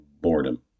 boredom